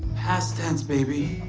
past tense, baby.